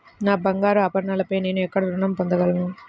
నా బంగారు ఆభరణాలపై నేను ఎక్కడ రుణం పొందగలను?